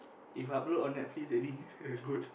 if upload on Netflix already good